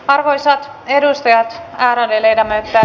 arvoisat edustajat ärade ledamöter